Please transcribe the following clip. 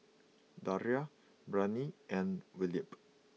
Daria Brianne and Wilbert